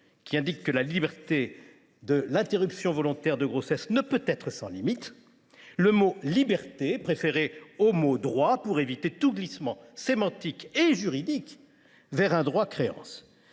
qui indique que la liberté de l’interruption volontaire de grossesse ne peut être sans limites ;« liberté », terme préféré à celui de « droit », pour éviter tout glissement sémantique et juridique vers un droit créance.